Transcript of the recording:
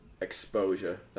exposure